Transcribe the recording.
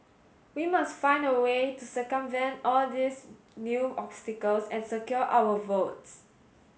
we must find a way to circumvent all these new obstacles and secure our votes